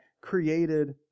created